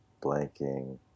blanking